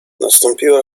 nastąpiła